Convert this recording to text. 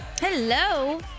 Hello